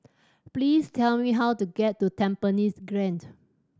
please tell me how to get to Tampines Grande